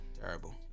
Terrible